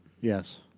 Yes